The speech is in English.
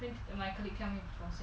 with the colleague coming